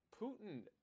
Putin